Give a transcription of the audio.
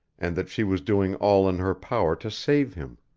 and that she was doing all in her power to save him.